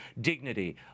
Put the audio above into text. dignity